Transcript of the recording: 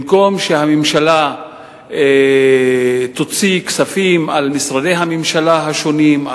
במקום שהממשלה תוציא כספים על משרדי הממשלה השונים,